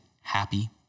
happy